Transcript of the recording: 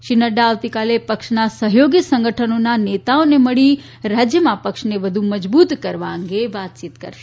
શ્રી નડૃા આવતીકાલે પક્ષના સહયોગી સંગઠનોના નેતાઓને મળી રાજયમાં પક્ષને વધુ મજબુત કરવા અંગે વાતયીત કરશે